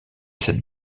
cette